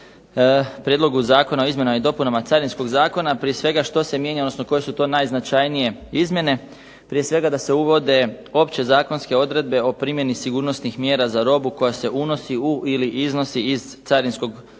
Prije svega da se uvode opće zakonske odredbe o primjeni sigurnosnih mjera za robu koja se unosi u ili iznosi iz carinskog područja.